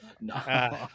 No